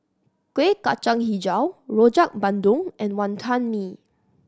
Kuih Kacang Hijau Rojak Bandung and Wonton Mee